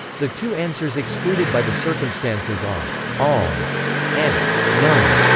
the two answers excluded by the circumstances are all and none.